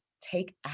take